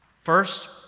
First